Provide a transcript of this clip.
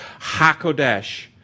HaKodesh